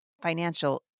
financial